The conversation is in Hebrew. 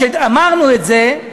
כשאמרנו את זה,